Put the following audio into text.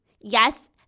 Yes